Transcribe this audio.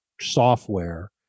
software